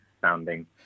sounding